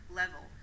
level